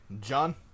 John